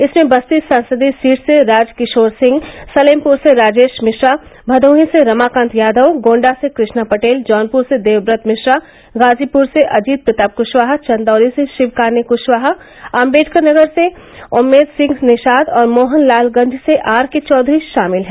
इसमें बस्ती संसदीय सीट से राजकिशोर सिंह सलेमपुर से राजेश मिश्रा भदोही से रमाकांत यादव गोण्डा से कृष्णा पर्टेल जौनपुर से देवव्रत मिश्रा गाजीपुर से अजित प्रताप कशवाहा चन्दौली से शिवकान्य कशवाहा अम्बेडकरनगर से उम्मेद सिंह निषाद और मोहनलाल गंज से आरके चौधरी शामिल हैं